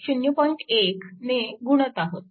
1 ने गुणत आहोत